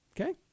Okay